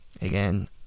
Again